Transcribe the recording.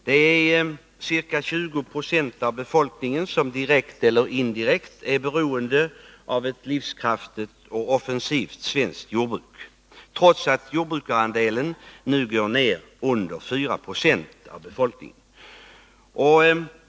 Det är ca 20 90 av befolkningen som direkt eller indirekt är beroende av ett livskraftigt och offensivt svenskt jordbruk, trots att jordbrukarandelen nu går ner till 4 90 av befolkningen.